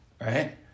Right